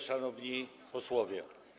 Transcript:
Szanowni Posłowie!